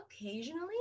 occasionally